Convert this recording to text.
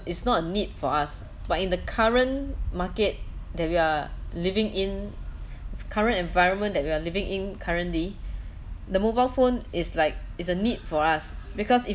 it's not a need for us but in the current market that we are living in current environment that we are living in currently the mobile phone is like it's a need for us because if